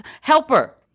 helper